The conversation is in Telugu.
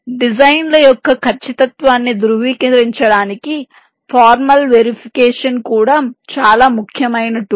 డిజైన్ల యొక్క ఖచ్చితత్వాన్ని ధృవీకరించడానికి ఫార్మల్ వెరిఫికేషన్ కూడా చాలా ముఖ్యమైన టూల్